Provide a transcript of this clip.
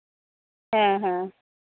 ᱦᱮᱸ ᱦᱮᱸ